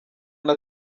rya